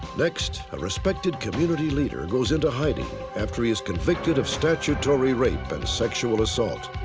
next, a respected community leader goes into hiding after he is convicted of statutory rape and sexual assault.